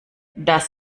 das